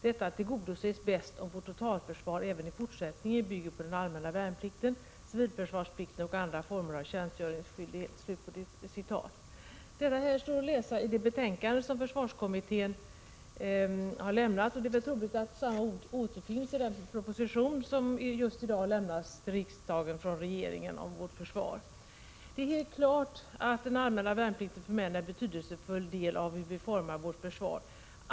Detta tillgodoses bäst om vårt totalförsvar även i fortsättningen bygger på den allmänna värnplikten, civilförsvarsplikten och andra former av tjänstgöringsskyldighet.” Detta står att läsa i det betänkande som försvarskommittén har lämnat. Det är troligt att samma ord återfinns i den proposition om vårt totalförsvar som just i dag har lämnats till riksdagen från regeringen. Det är helt klart att den allmänna värnplikten för män är en betydelsefull del av hur vi formar vårt försvar.